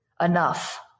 enough